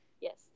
Yes